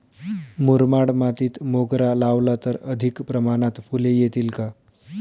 मुरमाड मातीत मोगरा लावला तर अधिक प्रमाणात फूले येतील का?